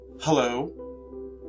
Hello